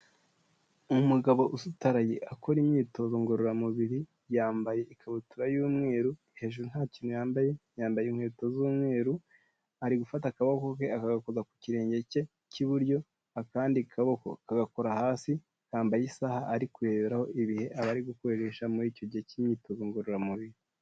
Umugabo usutaraye akora imyitozo ngororamubiri, yambaye ikabutura y'umweru, hejuru nta kintu yambaye, yambaye inkweto z'umweru, ari gufata akaboko ke akagakoza ku kirenge cye cy'iburyo, akandi kaboko kagakora hasi, yambaye isaha ari kureberaho ibihe aba ari gukoresha muri icyo gihe cy'imyitozo ngororamubiri.